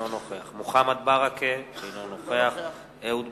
נוכח מוחמד ברכה, אינו נוכח אהוד ברק,